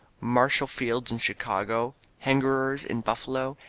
marshall field's in chicago, hengerer's in buffalo,